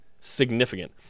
significant